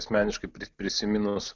asmeniškai prisiminus